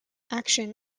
action